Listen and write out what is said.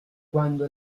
cuando